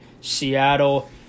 Seattle